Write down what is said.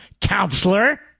counselor